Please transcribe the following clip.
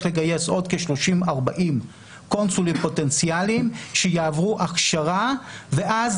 לגייס עוד כ-30 40 קונסולים פוטנציאליים שיעברו הכשרה ואז